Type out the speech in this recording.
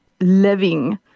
living